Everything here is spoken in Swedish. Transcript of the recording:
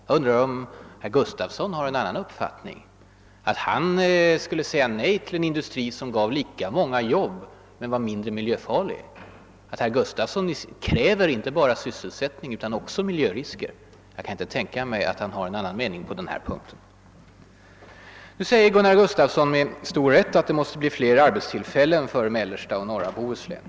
Jag undrar om herr Gustafsson i Uddevalla har en annan uppfattning, och om han skulle säga nej till en industri som ger lika många jobb men är mindre miljöfarlig. Vad herr Gustafsson kräver är ju annars inte bara sysselsättning utan också miljörisker. Men jag kan inte tänka mig att herr Gustafsson verkligen har en annan mening på denna punkt. Sedan sade Gunnar Gustafsson — med all rätt — att det måste skapas flera arbetstillfällen för mellersta och norra Bohuslän.